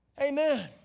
Amen